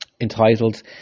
entitled